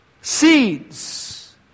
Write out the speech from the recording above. Seeds